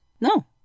No